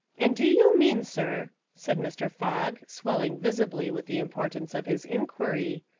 and do you mean, sir, said mr. fogg, swelling visibly with the importance of his in quiry,